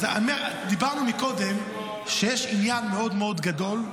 אמרנו קודם שיש עניין מאוד מאוד גדול,